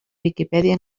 viquipèdia